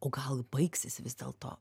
o gal baigsis vis dėlto